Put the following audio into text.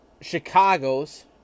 Chicago's